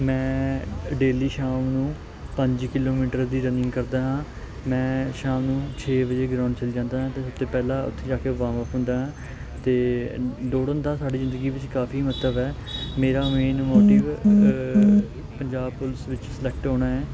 ਮੈਂ ਡੇਲੀ ਸ਼ਾਮ ਨੂੰ ਪੰਜ ਕਿਲੋਮੀਟਰ ਦੀ ਰਨਿੰਗ ਕਰਦਾ ਹਾਂ ਮੈਂ ਸ਼ਾਮ ਨੂੰ ਛੇ ਵਜੇ ਗਰਾਊਂਡ ਚਲ ਜਾਂਦਾ ਅਤੇ ਸਭ ਤੋਂ ਪਹਿਲਾਂ ਉੱਥੇ ਜਾ ਕੇ ਵਾਮਅਪ ਹੁੰਦਾ ਅਤੇ ਦੌੜਨ ਦਾ ਸਾਡੀ ਜ਼ਿੰਦਗੀ ਵਿਚ ਕਾਫੀ ਮਹੱਤਵ ਹੈ ਮੇਰਾ ਮੇਨ ਮੋਟਿਵ ਪੰਜਾਬ ਪੁਲਿਸ ਵਿੱਚ ਸਲੈਕਟ ਹੋਣਾ ਹੈ